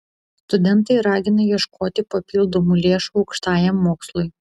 studentai ragina ieškoti papildomų lėšų aukštajam mokslui